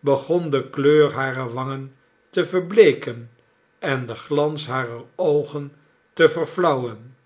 begon de kleur harer wangen te verbleeken en de glans harer oogen te verflauwen